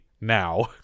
now